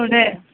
औ दे